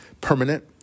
permanent